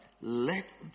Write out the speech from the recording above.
let